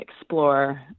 explore